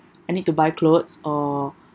I need to buy clothes or